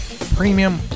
premium